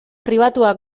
pribatua